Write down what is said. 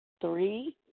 three